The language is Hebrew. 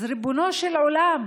אז ריבונו של עולם,